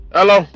Hello